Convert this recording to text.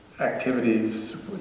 activities